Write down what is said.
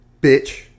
Bitch